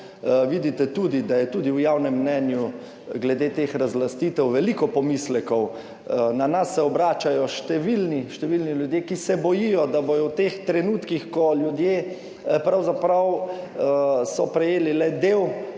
Vidite tudi, da je tudi v javnem mnenju glede teh razlastitev veliko pomislekov. Na nas se obračajo številni ljudje, ki se bojijo, da bodo v teh trenutkih, ko ljudje pravzaprav so prejeli le del